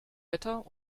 wetter